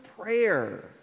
prayer